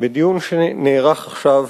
בדיון שנערך עכשיו